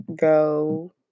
go